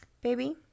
Baby